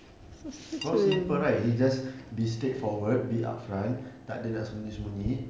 so simple right he just be straightforward be upfront tak ada nak sembunyi-sembunyi